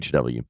HW